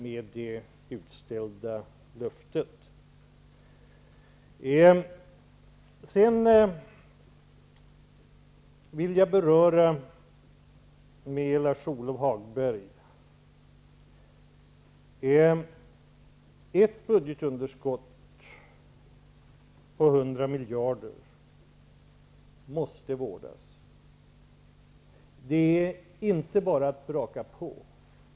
Sedan vill jag säga till Lars-Ove Hagberg att ett budgetunderskott på 100 miljarder måste vårdas. Det är inte bara att braka på.